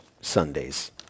Sundays